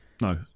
No